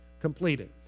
completed